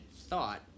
thought